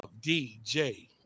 dj